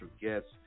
guests